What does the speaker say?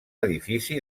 edifici